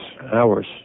Hours